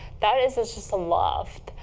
that is is just loft.